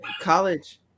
College